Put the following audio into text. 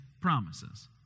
promises